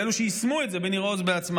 ובאלה שיישמו את זה בניר עוז בעצמם,